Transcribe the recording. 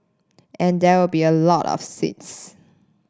and there will be a lot of seeds